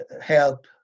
help